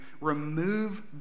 Remove